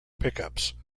pickups